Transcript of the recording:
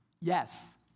Yes